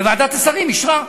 וועדת השרים אישרה.